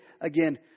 again